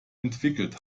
entwickelt